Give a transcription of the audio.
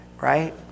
Right